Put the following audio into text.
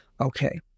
Okay